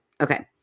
Okay